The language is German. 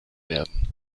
werden